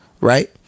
right